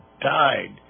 died